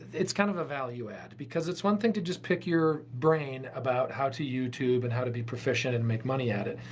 it's kind of a value-add because it's one thing to just pick your brain about how to youtube and how to be proficient and make money at it.